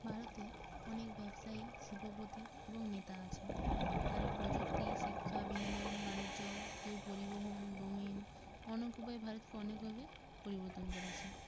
ভারতে অনেক ব্যবসায়ী শিল্পপতি এবং নেতা আছেন তারা প্রযুক্তি শিক্ষা বিনোদন বাণিজ্য কেউ পরিবহণ ডোমেন অনেক উপায়ে ভারতকে অনেকভাবে পরিবর্তন করেছে